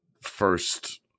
First